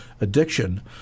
addiction